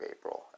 April